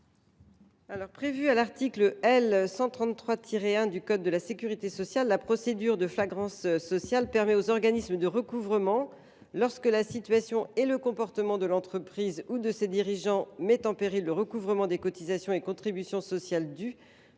? Prévue à l’article L. 133 1 du code de la sécurité sociale, la procédure de flagrance sociale permet aux organismes de recouvrement, lorsque la situation et le comportement de l’entreprise ou de ses dirigeants met en péril le recouvrement des cotisations et contributions sociales dues,